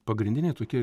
pagrindiniai tokie